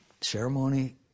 ceremony